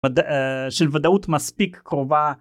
של ודאות מספיק קרובה